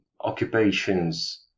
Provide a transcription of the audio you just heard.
occupations